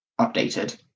updated